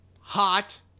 hot